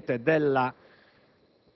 il 27 novembre 2006, il vicepresidente della